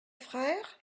frère